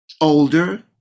older